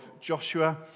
Joshua